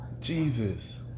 Jesus